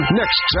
next